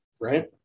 Right